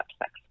sex